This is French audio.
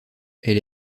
elle